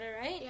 right